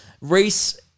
Reese